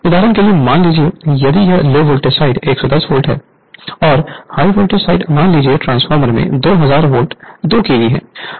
उदाहरण के लिए मान लीजिए यदि यह लो वोल्टेज साइड 110 वोल्ट है और हाई वोल्टेज साइड मान लीजिए ट्रांसफार्मर में 2000 वोल्ट 2 केवी है